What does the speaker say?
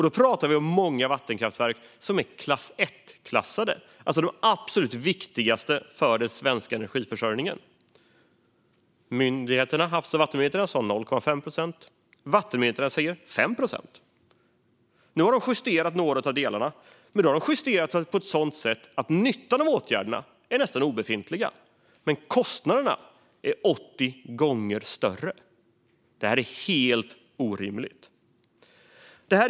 Då pratar vi om många vattenkraftverk som är klass 1, alltså de absolut viktigaste för den svenska energiförsörjningen. Havs och vattenmyndigheten sa 0,5 procent och vattenmyndigheterna sa 5 procent. Nu har de justerat några av delarna men på ett sådant sätt att nyttan av åtgärderna nästan är obefintlig. Men kostnaderna är 80 gånger större. Det här är helt orimligt.